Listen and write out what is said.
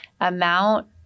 amount –